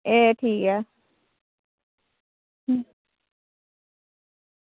एह् ठीक ऐ